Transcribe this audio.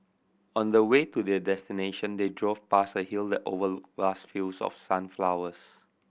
on the way to their destination they drove past a hill that overlooked vast fields of sunflowers